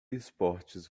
esportes